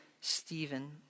Stephen